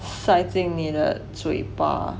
塞进你的嘴巴